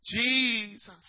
Jesus